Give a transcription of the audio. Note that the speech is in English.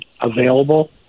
available